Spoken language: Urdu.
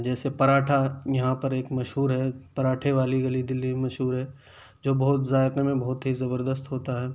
جیسے پراٹھا یہاں پر ایک مشہور ہے پراٹھے والی گلی دلی میں مشہور ہے جو بہت ذائقہ میں بہت ہی زبردست ہوتا ہے